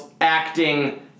acting